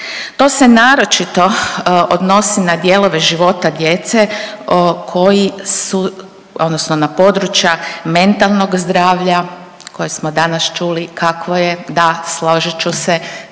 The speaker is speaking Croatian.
To se naročito odnosi na dijelove života djece koji su odnosno na područja mentalnog zdravlja koja smo danas čuli kakvo je, da složit ću se